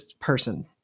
person